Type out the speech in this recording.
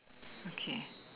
okay